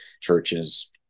churches